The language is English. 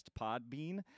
Podbean